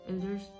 elders